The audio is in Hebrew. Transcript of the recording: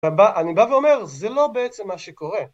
אני בא ואומר, זה לא בעצם מה שקורה.